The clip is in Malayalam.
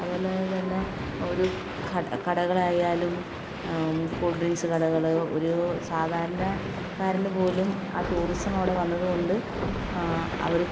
അതുപോലെ തന്നെ ഒരു കട കടകളായാലും കൂൾ ഡ്രിങ്ക്സ് കടകൾ ഒരു സാധാരണക്കാരന് പോലും ആ ടൂറിസം അവിടെ വന്നതുകൊണ്ട് അവർ